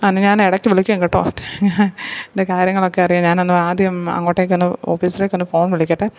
എന്നാാൽ ഞാൻ ഇടയ്ക്ക് വിളിക്കാം കേട്ടോ നിൻ്റെ കാര്യങ്ങളൊക്കെ അറിയാൻ ഞാൻ ഒന്ന് ആദ്യം അങ്ങോട്ടേക്ക് ഒന്ന് ഓഫീസിലേക്ക് ഒന്ന് ഫോൺ വിളിക്കട്ടെ